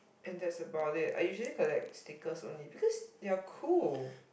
and that's about it I usually collect stickers only because they are cool